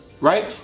right